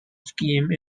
scheme